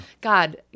God